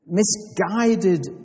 misguided